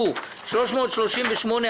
הצבעה בעד רוב נגד נמנעים פנייה מס' 303 אושרה.